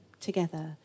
together